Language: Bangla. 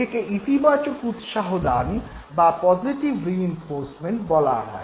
এটিকে ইতিবাচক উৎসাহদান বা পজিটিভ রিইনফোর্সমেন্ট বলা হয়